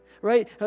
right